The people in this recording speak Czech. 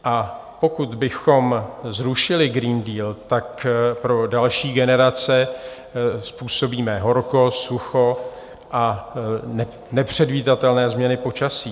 A pokud bychom zrušili Green Deal, tak pro další generace způsobíme horko, sucho a nepředvídatelné změny počasí.